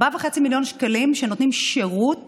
4.5 מיליון שקלים שנותנים שירות